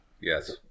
Yes